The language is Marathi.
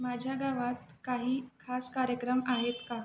माझ्या गावात काही खास कार्यक्रम आहेत का